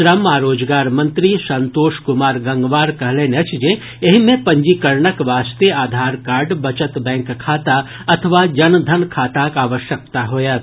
श्रम आ रोजगार मंत्री संतोष कुमार गंगवार कहलनि अछि जे एहि मे पंजीकरणक वास्ते आधार कार्ड बचत बैंक खाता अथवा जनधन खाताक आवश्यकता होयत